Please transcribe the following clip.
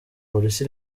polisi